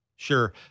Sure